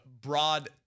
broad